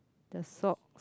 the salt